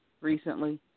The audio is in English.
recently